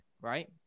right